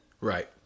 Right